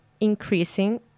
increasing